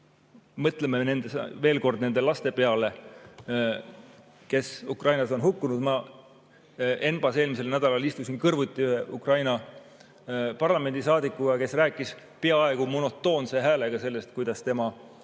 Mõtleme veel kord nende laste peale, kes Ukrainas on hukkunud. Ma eelmisel nädalal istusin ENPA-s kõrvuti Ukraina parlamendi saadikuga, kes rääkis peaaegu monotoonse häälega sellest, kuidas tema